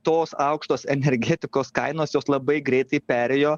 tos aukštos energetikos kainos jos labai greitai perėjo